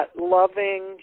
loving